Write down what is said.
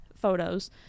photos